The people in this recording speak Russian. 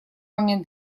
момент